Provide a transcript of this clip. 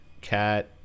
cat